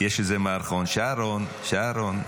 יש איזה מערכון: שרון, שרון.